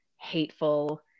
hateful